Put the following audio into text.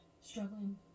struggling